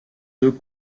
deux